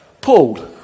Paul